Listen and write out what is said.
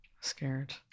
scared